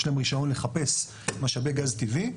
יש להן רישיון לחפש משאבי גז טבעי,